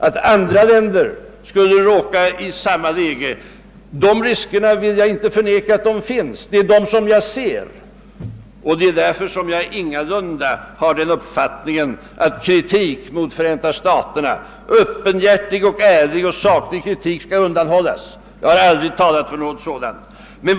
Det finns också andra länder som riskerar att råka i samma situation. Men därför har jag verkligen inte uppfattningen att en öppenhjärtig, ärlig och saklig kritik mot Förenta staterna skall undanhållas. Det har jag aldrig talat för.